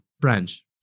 French